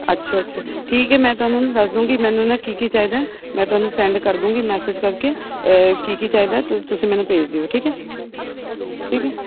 ਅੱਛਾ ਅੱਛਾ ਠੀਕ ਹੈ ਮੈਂ ਤੁਹਾਨੂੰ ਦੱਸ ਦੂੰਗੀ ਮੈਨੂੰ ਨਾ ਕੀ ਕੀ ਚਾਹੀਦਾ ਮੈਂ ਤੁਹਾਨੂੰ ਸੈਂਡ ਕਰ ਦੂਗੀ ਮੈਸੇਜ ਕਰਕੇ ਕੀ ਕੀ ਚਾਹੀਦਾ ਤੁ ਤੁਸੀਂ ਮੈਨੂੰ ਭੇਜ ਦਿਓ ਠੀਕ ਹੈ ਠੀਕ ਹੈ